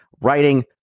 writing